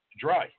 dry